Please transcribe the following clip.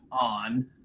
on